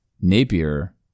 Napier